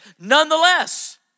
nonetheless